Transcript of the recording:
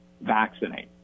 Vaccinate